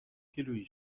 کیلویی